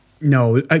No